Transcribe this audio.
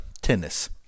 tennis